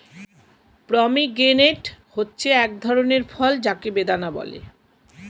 pomegranate হচ্ছে এক ধরনের ফল যাকে বেদানা বলে